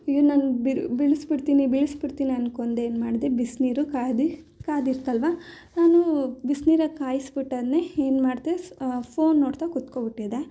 ಅಯ್ಯೋ ನಾನು ಬೀಳಿಸ್ಬಿಡ್ತೀನಿ ಬೀಳಿಸ್ಬಿಡ್ತೀನಿ ಅಂದ್ಕೊಂಡು ಏನು ಮಾಡಿದೆ ಬಿಸಿನೀರು ಕಾದು ಕಾದಿರುತ್ತಲ್ವ ನಾನೂ ಬಿಸಿನೀರೆ ಕಾಯಿಸಿಬಿಟ್ಟಿದ್ದನ್ನೇ ಏನು ಮಾಡಿದೆ ಫೋನ್ ನೋಡ್ತಾ ಕೂತ್ಕೊಂಡ್ಬಿಟ್ಟಿದೆ